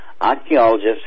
archaeologists